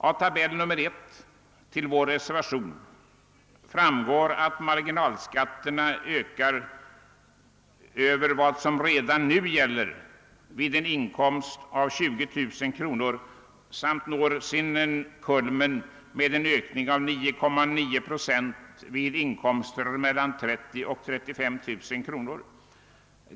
Av tabell nr 1 till vår reser vation framgår att marginalskatten ökar över vad som redan nu gäller vid en inkomst av 20 000 kr., vilken ökning når sin kulmen — med en ökning av 9,9 procent — vid inkomster mellan 30 000 och 35 000 kr.